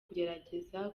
kugerageza